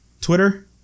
Twitter